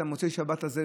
את מוצאי השבת הזה,